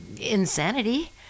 insanity